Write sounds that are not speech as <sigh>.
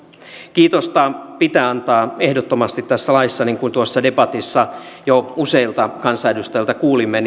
kiitosta pitää antaa ehdottomasti tässä laissa niin kuin tuossa debatissa jo useilta kansanedustajilta kuulimme <unintelligible>